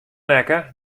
nekke